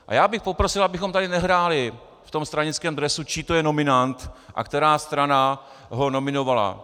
A já bych poprosil, abychom tady nehráli v tom stranickém dresu, čí to je nominant a která strana ho nominovala.